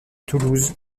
toulouse